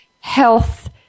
health